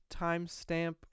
timestamp